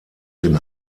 den